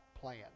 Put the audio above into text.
plan